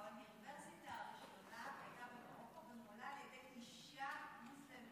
האוניברסיטה הראשונה הייתה במרוקו ונוהלה על ידי אישה מוסלמית.